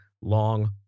long